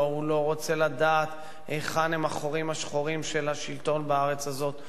הוא לא רוצה לדעת היכן הם "החורים השחורים" של השלטון בארץ הזאת,